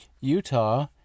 Utah